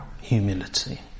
humility